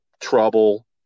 Trouble